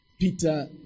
Peter